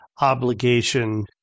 obligation